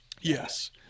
Yes